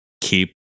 keep